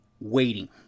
waiting